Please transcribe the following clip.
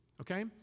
Okay